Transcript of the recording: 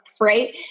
Right